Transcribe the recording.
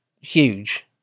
huge